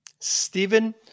Stephen